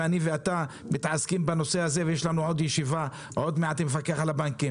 ואני ואתה מתעסקים בנושא הזה ויש לנו ישיבה עוד מעט עם המפקח על הבנקים